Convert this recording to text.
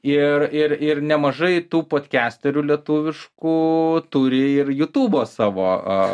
ir ir ir nemažai tų podkesterių lietuviškų turi ir jutubo savo